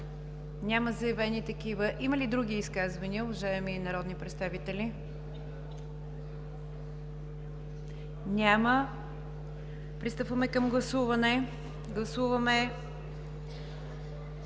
Няма заявени такива. Има ли други изказвания, уважаеми народни представители? Няма. Пристъпваме към гласуване. Гласуваме